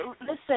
listen